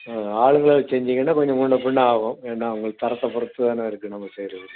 ஆளுங்களை வச்சி செஞ்சிங்கன்னா கொஞ்ச முன்னே பின்னே ஆகும் ஏன்னா அவங்க தரத்தை பொறுத்து தானே இருக்கு நம்ப செய்யறது